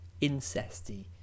incesty